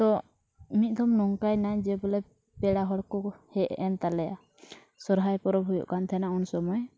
ᱛᱚ ᱢᱤᱫ ᱫᱷᱟᱣ ᱱᱚᱝᱠᱟᱭᱮᱱᱟ ᱡᱮ ᱵᱚᱞᱮ ᱯᱮᱲᱟ ᱦᱚᱲ ᱠᱚᱠᱚ ᱦᱮᱡᱮᱱ ᱛᱟᱞᱮᱭᱟ ᱥᱚᱦᱨᱟᱭ ᱯᱚᱨᱚᱵᱽ ᱦᱩᱭᱩᱜ ᱠᱟᱱ ᱛᱟᱦᱮᱱᱟ ᱩᱱ ᱥᱚᱢᱚᱭ